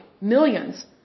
Millions